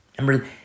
Remember